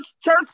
church